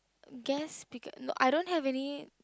guest speaker I don't have any